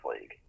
league